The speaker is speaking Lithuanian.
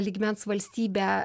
lygmens valstybę